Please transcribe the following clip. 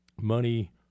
money